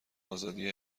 ازادی